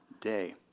day